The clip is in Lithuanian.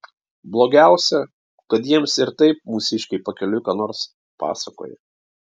blogiausia kad jiems ir taip mūsiškiai pakeliui ką nors pasakoja